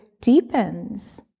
deepens